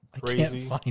crazy